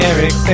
Eric